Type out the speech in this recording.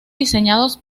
diseñados